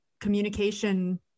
communication